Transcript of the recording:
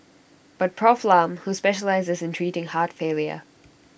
but Prof Lam who specialises in treating heart failure